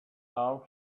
now